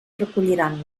recolliran